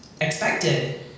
expected